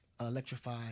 electrify